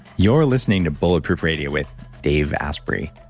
you're listening to bulletproof radio with dave asprey.